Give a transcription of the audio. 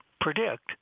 predict